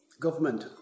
government